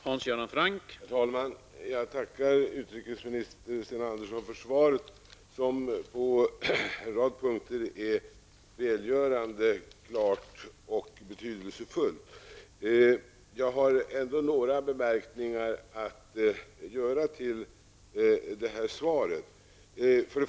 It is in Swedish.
Herr talman! Jag tackar utrikesminister Sten Andersson för svaret, som på en rad punkter är välgörande klart och betydelsefullt, men vill ändå göra några tillägg.